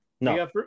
No